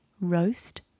roast